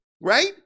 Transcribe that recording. right